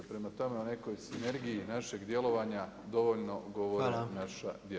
Prema tome u nekoj sinergiji našeg djelovanja dovoljno govore naša djela.